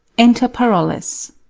enter parolles